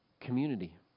community